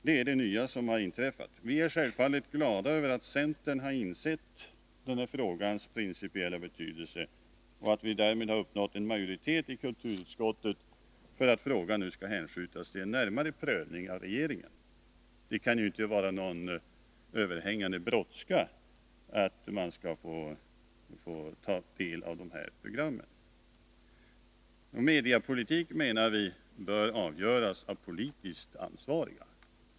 Det är det nya som har inträffat. Vi är självfallet glada över att centern har insett den här frågans principiella betydelse och att vi därmed har uppnått en majoritet i kulturutskottet för att frågan nu skall hänskjutas till en närmare prövning av regeringen. Det kan inte var någon överhängande brådska att lösa denna fråga. Mediepolitiska frågor, menar vi, bör avgöras av politiskt ansvariga.